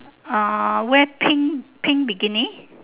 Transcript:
ah wear pink pink bikini